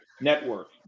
network